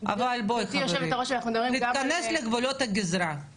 מה להגיד, הרב פרבר, בבקשה,